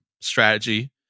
strategy